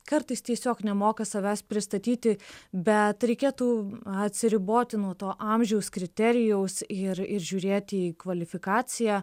kartais tiesiog nemoka savęs pristatyti bet reikėtų atsiriboti nuo to amžiaus kriterijaus ir ir žiūrėti į kvalifikaciją